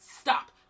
Stop